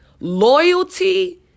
loyalty